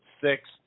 six